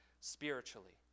spiritually